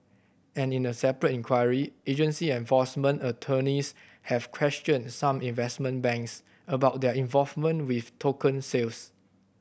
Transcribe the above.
and in a separate inquiry agency enforcement attorneys have questioned some investment banks about their involvement with token sales